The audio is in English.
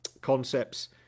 concepts